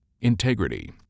Integrity